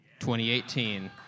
2018